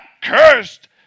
cursed